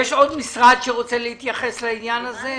יש עוד משרד שרוצה להתייחס לעניין הזה?